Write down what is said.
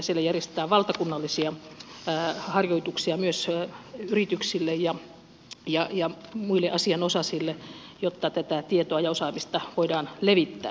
siellä järjestetään valtakunnallisia harjoituksia myös yrityksille ja muille asianosaisille jotta tätä tietoa ja osaamista voidaan levittää